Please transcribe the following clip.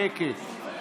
שקט.